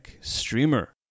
streamer